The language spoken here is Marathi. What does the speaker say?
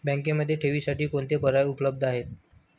बँकेमध्ये ठेवींसाठी कोणते पर्याय उपलब्ध आहेत?